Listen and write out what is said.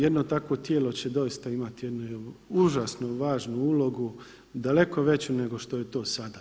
Jedno takvo tijelo će doista imati jednu užasno važnu ulogu, daleko veću nego što je to sada.